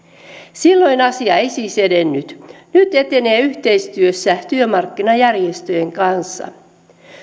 silloin asia ei siis edennyt nyt etenee yhteistyössä työmarkkinajärjestöjen kanssa